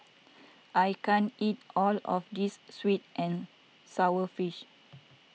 I can't eat all of this Sweet and Sour Fish